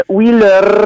Wheeler